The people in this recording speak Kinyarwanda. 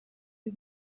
uyu